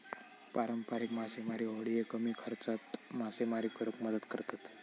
पारंपारिक मासेमारी होडिये कमी खर्चात मासेमारी करुक मदत करतत